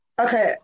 Okay